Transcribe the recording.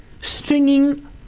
stringing